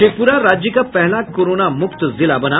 शेखपुरा राज्य का पहला कोरोना मुक्त जिला बना